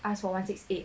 ask for one six eight